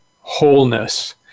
wholeness